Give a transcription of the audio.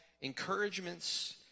encouragements